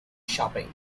shopping